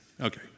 Okay